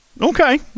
okay